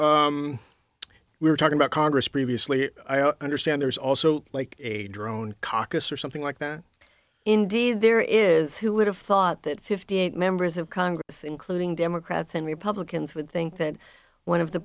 so we were talking about congress previously i don't understand there's also like a drone caucus or something like that indeed there is who would have thought that fifty eight members of congress including democrats and republicans would think that one of the